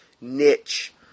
niche